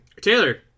Taylor